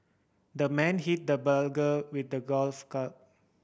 the man hit the burglar with a golf club